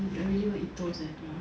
I really wanna eat toast eh tomorrow